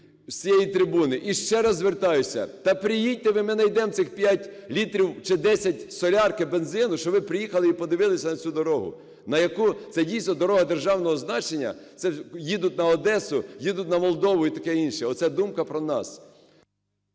з цієї трибуни, і ще раз звертаюся. Та приїдьте ви, ми знайдемо цих 5 літрів чи 10 солярки, бензину, щоб ви приїхали і подивилися на цю дорогу, на яку... Це дійсно дорога державного значення. Це їдуть на Одесу, їдуть на Молдову і таке інше. Оце думка про нас.